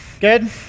Good